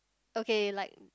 okay like